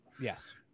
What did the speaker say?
Yes